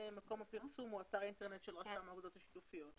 מקום הפרסום הוא אתר האינטרנט של רשם האגודות השיתופיות.